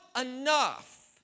enough